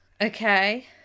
Okay